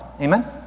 Amen